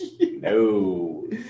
no